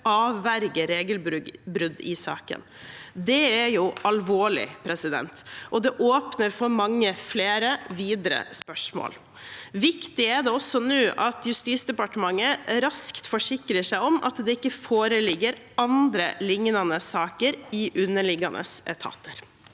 avverge regelbrudd i saken. Det er alvorlig, og det åpner for mange flere spørsmål videre. Viktig er det også nå at Justisdepartementet raskt forsikrer seg om at det ikke foreligger andre lignende saker i underliggende etater.